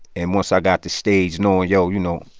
and once i got the stage knowing, yo, you know,